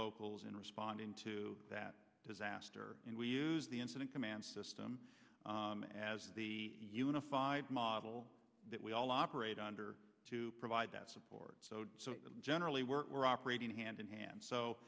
locals in responding to that disaster and we use the incident command system as the unified model that we all operate under to provide that support so generally work we're operating hand in hand so